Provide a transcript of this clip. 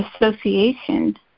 association